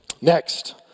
Next